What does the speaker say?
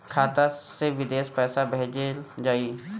खाता से विदेश पैसा कैसे भेजल जाई?